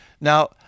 Now